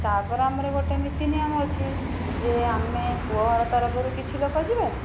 ତା'ପରେ ଆମର ଗୋଟେ ନୀତି ନିୟମ ଅଛି ଯେ ଆମେ ପୁଅ ଘର ତରଫରୁ କିଛି ଲୋକ ଯିବେ